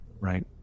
right